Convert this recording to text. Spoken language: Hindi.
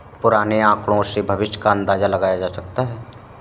पुराने आकड़ों से भविष्य का अंदाजा लगाया जा सकता है